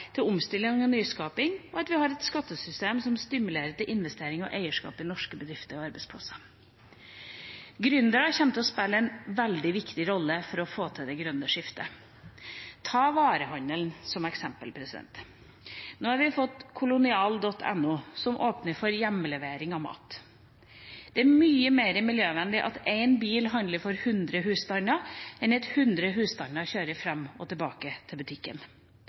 til både omstilling og nyskaping, og at vi har et skattesystem som stimulerer til investering og eierskap i norske bedrifter og arbeidsplasser. Gründere kommer til å spille en veldig viktig rolle for å få til det grønne skiftet. Ta varehandelen som eksempel. Nå har vi fått kolonial.no, som åpner for hjemlevering av mat. Det er mye mer miljøvennlig at én bil handler for hundre husstander enn at hundre husstander kjører fram og tilbake til butikken.